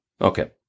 Okay